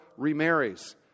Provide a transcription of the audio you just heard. remarries